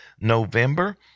November